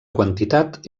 quantitat